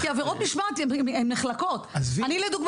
כי עבירות משמעת הן נחלקות אני לדוגמא